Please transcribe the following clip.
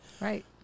Right